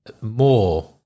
more